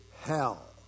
hell